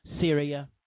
Syria